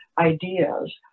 ideas